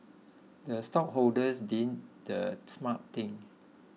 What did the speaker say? the stockholders did the smart thing